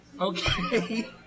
Okay